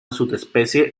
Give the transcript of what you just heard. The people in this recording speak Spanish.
subespecie